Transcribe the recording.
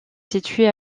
situé